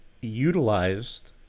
utilized